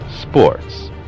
Sports